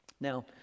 Now